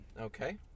Okay